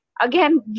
Again